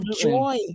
joy